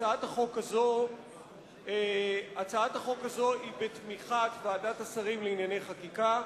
הצעת החוק הזו היא בתמיכת ועדת השרים לענייני חקיקה.